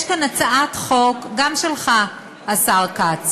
יש כאן הצעת חוק גם שלך, השר כץ,